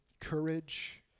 courage